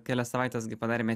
kelias savaites gi padarėme